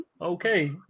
Okay